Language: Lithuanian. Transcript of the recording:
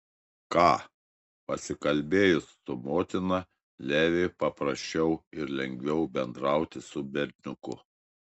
ką pasikalbėjus su motina leviui paprasčiau ir lengviau bendrauti su berniuku